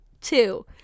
Two